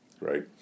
right